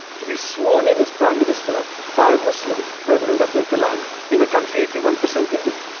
to be sworn in as prime minister by a muslim, president abdul kalam, in a country eighty one percent hindu.